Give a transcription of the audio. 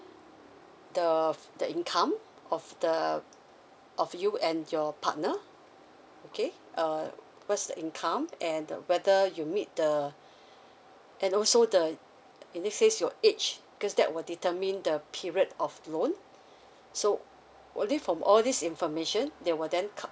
the of the income of the of you and your partner okay uh what's the income and uh whether you meet the and also the uh in this case your age because that will determine the period of loan so only from all this information they will then cal~